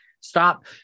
stop